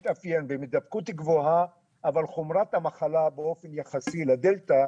אבל בטרם נתחיל בנושא הזה,